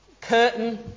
curtain